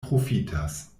profitas